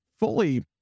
fully